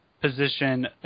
position